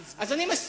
אגב,